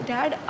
Dad